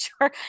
sure